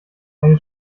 eine